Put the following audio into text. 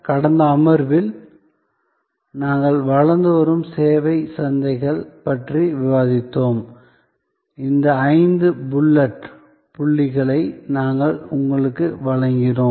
கடந்த அமர்வில் நாங்கள் வளர்ந்து வரும் சேவை சந்தைகள் பற்றி விவாதித்தோம் இந்த ஐந்து புல்லட் புள்ளிகளை நாங்கள் உங்களுக்கு வழங்கினோம்